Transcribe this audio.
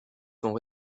sont